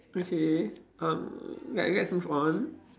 okay um let let's move on